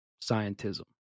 scientism